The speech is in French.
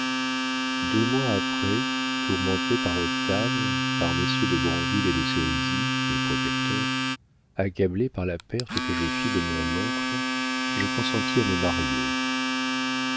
deux mois après tourmenté par octave par messieurs de grandville et de sérizy mes protecteurs accablé par la perte que je fis de mon oncle je consentis à me marier